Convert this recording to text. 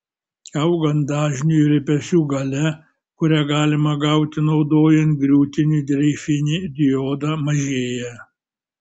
augant dažniui virpesių galia kurią galima gauti naudojant griūtinį dreifinį diodą mažėja